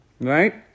right